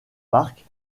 park